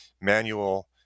manual